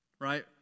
right